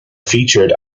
featured